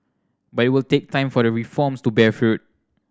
but it will take time for the reforms to bear fruit